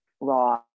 raw